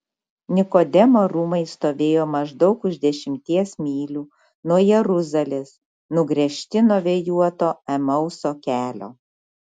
nikodemo rūmai stovėjo maždaug už dešimties mylių nuo jeruzalės nugręžti nuo vėjuoto emauso kelio